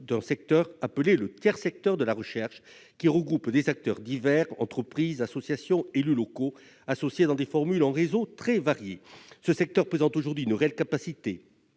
d'un secteur dénommé « tiers secteur de la recherche », qui regroupe des acteurs divers- entreprises, associations, élus locaux -associés dans des formules en réseau très variées. Ce secteur présente aujourd'hui une réelle capacité